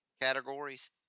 categories